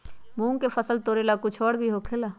मूंग के फसल तोरेला कुछ और भी होखेला?